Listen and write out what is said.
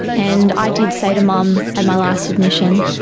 and i did say to mum at my last admission,